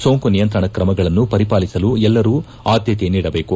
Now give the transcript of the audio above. ಸೋಂಕು ನಿಯಂತ್ರಣ ಕ್ರಮಗಳನ್ನು ಪರಿಪಾಲಿಸಲು ಎಲ್ಲರೂ ಆದ್ದತೆ ನೀಡಬೇಕು